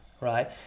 right